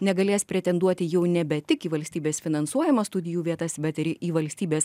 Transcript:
negalės pretenduoti jau nebe tik į valstybės finansuojamas studijų vietas bet ir į valstybės